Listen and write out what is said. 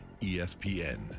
ESPN